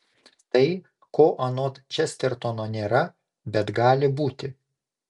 tai ko anot čestertono nėra bet gali būti